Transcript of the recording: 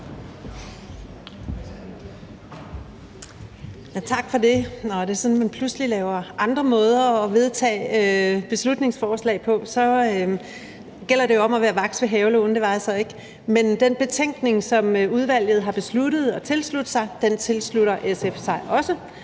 Tak for det. Når det er sådan, at man pludselig laver andre måder at vedtage beslutningsforslag på, så gælder det jo om at være vaks ved havelågen. Det var jeg så ikke. Men den betænkning, som udvalget har besluttet at tilslutte sig, tilslutter SF sig også,